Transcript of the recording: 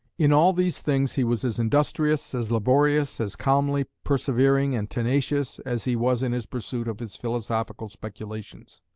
in all these things he was as industrious, as laborious, as calmly persevering and tenacious, as he was in his pursuit of his philosophical speculations.